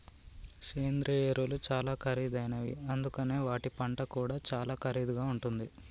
సేంద్రియ ఎరువులు చాలా ఖరీదైనవి అందుకనే వాటి పంట కూడా చాలా ఖరీదుగా ఉంటుంది